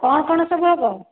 କ'ଣ କ'ଣ ସବୁ ହେବ